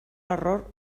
error